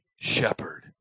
shepherd